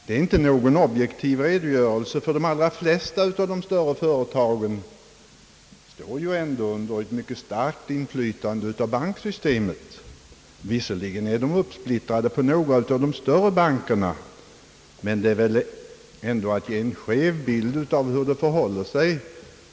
Det är inte någon objektiv skildring av det verkliga läget, ty de allra flesta av de större företagen står ju ändå under ett mycket starkt inflytande av banksystemet. Visserligen är de uppsplittrade på några av de större bankerna, men det är väl ändå att ge en skev bild av hur det förhåller sig.